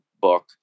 book